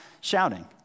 shouting